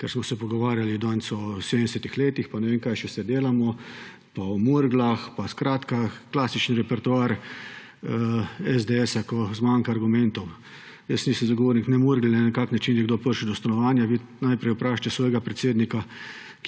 Ker smo se pogovarjali danes o 70. letih, pa ne vem, kaj še vse delamo, pa o Murglah; skratka, klasičen repertoar SDS, ko zmanjka argumentov. Jaz nisem zagovornik ne Murgel, ne na kakšen način je kdo prišel do stanovanja. Vi najprej vprašajte svojega predsednika,